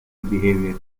behaviour